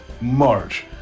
March